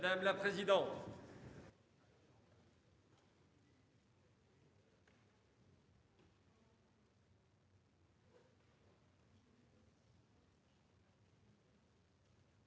madame la présidente.